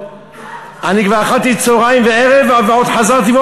אני כבר אכלתי צהריים וערב ועוד חזרתי,